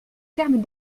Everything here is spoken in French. termes